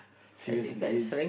seriously its